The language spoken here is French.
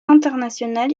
international